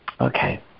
Okay